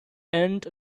and